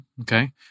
Okay